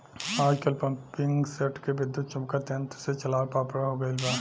आजकल पम्पींगसेट के विद्युत्चुम्बकत्व यंत्र से चलावल पॉपुलर हो गईल बा